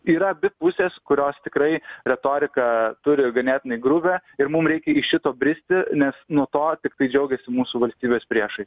yra abi pusės kurios tikrai retoriką turi ganėtinai grubią ir mum reikia iš šito bristi nes nuo to tiktai džiaugiasi mūsų valstybės priešai